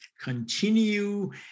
continue